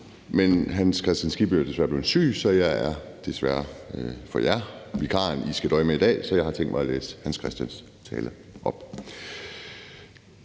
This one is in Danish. hr. Hans Kristian Skibby er desværre blevet syg, så jeg er, desværre for jer, vikaren, som I skal døje med i dag, og jeg har tænkt mig at læse hr. Hans Kristian Skibbys tale op: